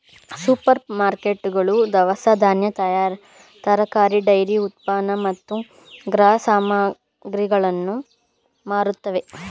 super ಮಾರುಕಟ್ಟೆಗಳು ದವಸ ಧಾನ್ಯ, ತರಕಾರಿ, ಡೈರಿ ಉತ್ಪನ್ನ ಮತ್ತು ಗೃಹ ಸಾಮಗ್ರಿಗಳನ್ನು ಮಾರುತ್ತವೆ